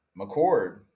McCord